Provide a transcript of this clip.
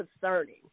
concerning